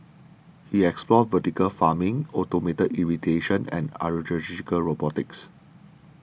he explored vertical farming automated irrigation and agricultural robotics